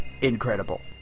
incredible